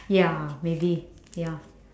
ya maybe ya